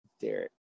Derek